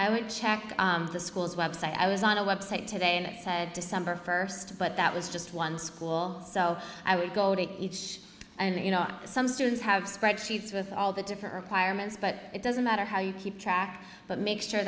i would check the school's website i was on a website today and it said december first but that was just one school so i would go and you know some students have spreadsheets with all the different requirements but it doesn't matter how you keep track but make sure